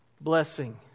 blessing